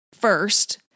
first